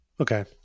Okay